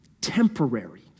temporary